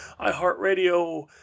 iHeartRadio